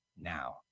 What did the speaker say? Now